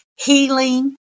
Healing